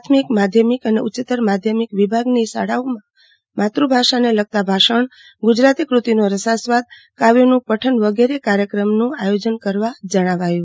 પ્રાથમિકમાધ્યમિક અને ઉચ્યતર માધ્યમિક વિભાગ ની શાળાઓમાં માતૃભાષા ને લગતું ભાષણ ગુજરાતી કૃતિનો રસાસ્વાદ કાવ્યોનું પઠન વગેરે કાર્યક્રમોનું આથોજન કરવાનું જણાવ્યું છે